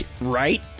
Right